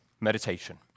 Meditation